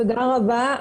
תודה רבה.